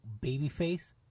babyface